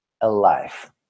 alive